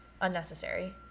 unnecessary